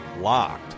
Locked